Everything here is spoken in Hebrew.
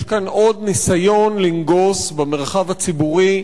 יש כאן עוד ניסיון לנגוס במרחב הציבורי,